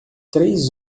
três